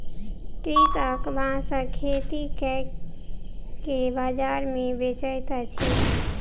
कृषक बांसक खेती कय के बाजार मे बेचैत अछि